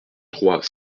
trois